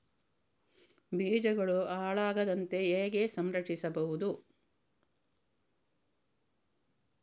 ಬೀಜಗಳು ಹಾಳಾಗದಂತೆ ಹೇಗೆ ಸಂರಕ್ಷಿಸಬಹುದು?